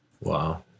Wow